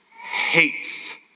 hates